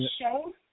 show